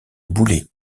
boulet